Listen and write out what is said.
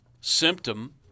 symptom